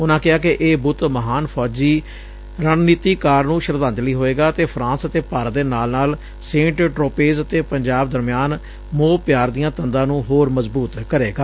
ਉਨੂਾਂ ਕਿਹਾ ਕਿ ਇਹ ਬੁੱਤ ਮਹਾਨ ਫੌਜੀ ਰਣਨੀਤੀਕਾਰ ਨੂੰ ਸ਼ਰਧਾਂਜਲੀ ਹੋਵੇਗਾ ਅਤੇ ਫਰਾਂਸ ਅਤੇ ਭਾਰਤ ਦੇ ਨਾਲ ਨਾਲ ਸੇਂਟ ਟ੍ਰੋਪੇਜ਼ ਅਤੇ ਪੰਜਾਬ ਦਰਮਿਆਨ ਮੋਹ ਪਿਆਰ ਦੀਆਂ ਤੰਦਾਂ ਨੂੰ ਹੋਰ ਮਜ਼ਬੂਤ ਕਰੇਗਾ